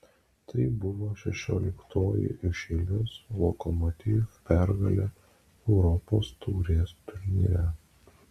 tai buvo šešioliktoji iš eilės lokomotiv pergalė europos taurės turnyre